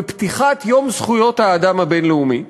בפתיחת יום זכויות האדם הבין-לאומי,